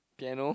piano